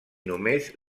només